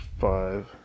five